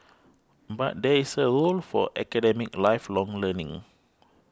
but there is a role for academic lifelong learning